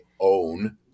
own